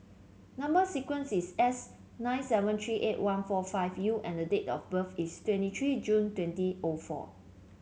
number sequence is S nine seven three eight one four five U and the date of birth is twenty three June twenty O four